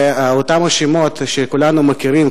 ואותם השמות שכולנו מכירים,